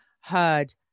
heard